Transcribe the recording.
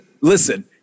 listen